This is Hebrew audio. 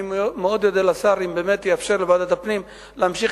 אני מאוד אודה לשר אם באמת יאפשר לוועדת הפנים להמשיך